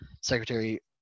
Secretary